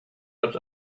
but